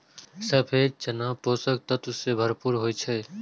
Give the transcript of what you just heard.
सफेद चना पोषक तत्व सं भरपूर होइ छै